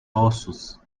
lawsuits